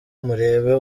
murebe